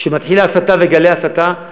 כשמתחילה הסתה וגלי הסתה,